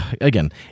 again